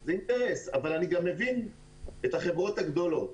אבל אני גם מבין את החברות הגדולות.